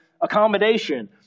Accommodation